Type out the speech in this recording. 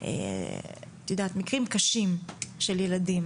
מקרים קשים של ילדים,